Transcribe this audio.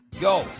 go